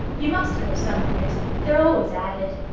you must go somewheres. they're always at it.